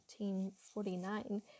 1849